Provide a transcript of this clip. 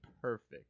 Perfect